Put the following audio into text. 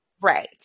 right